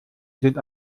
sind